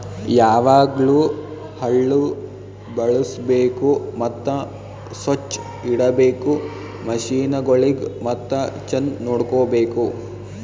ಯಾವಾಗ್ಲೂ ಹಳ್ಳು ಬಳುಸ್ಬೇಕು ಮತ್ತ ಸೊಚ್ಚ್ ಇಡಬೇಕು ಮಷೀನಗೊಳಿಗ್ ಮತ್ತ ಚಂದ್ ನೋಡ್ಕೋ ಬೇಕು